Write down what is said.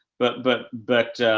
but, but, but,